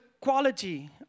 quality